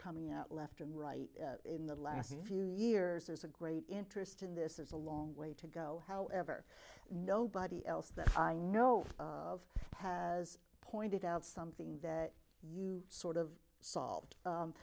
coming out left and right in the last few years there's a great interest in this is a long way to go however nobody else that i know of has pointed out something that you sort of solved